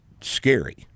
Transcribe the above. scary